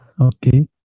Okay